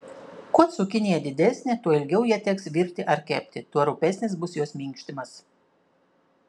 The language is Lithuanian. kuo cukinija didesnė tuo ilgiau ją teks virti ar kepti tuo rupesnis bus jos minkštimas